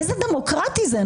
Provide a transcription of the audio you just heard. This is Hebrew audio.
איזה דמוקרטי זה.